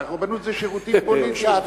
הרבנות זה שירותים פוליטיים.